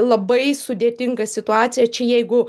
labai sudėtinga situacija čia jeigu